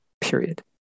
period